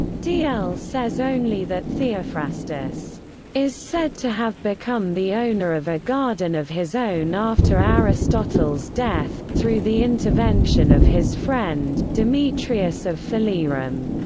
d l. says only that theophrastus is said to have become the owner of a garden of his own after aristotle's death, through the intervention of his friend, demetrius of phalerum.